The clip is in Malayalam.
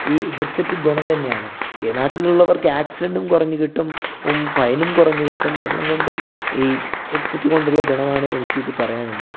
ഈ ഹെഡ്സെറ്റ് ഗുണം തന്നെയാണ് ഈ നാട്ടിലൊള്ളവർക്ക് ആക്സിഡൻറ്റും കുറഞ്ഞ് കിട്ടും ഫൈനും കുറഞ്ഞു കിട്ടും എല്ലാം കൊണ്ടും ഈ ഹെഡ്സെറ്റ് കൊണ്ടുള്ള ഗുണമാണ് എനിക്ക് ഇത് പറയാനുള്ളത്